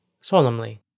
solemnly